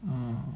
um